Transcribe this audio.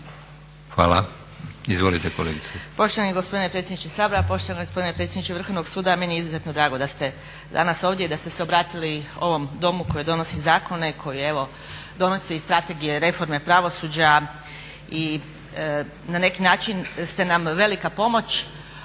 hvala. Izvolite kolegice.